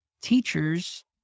teachers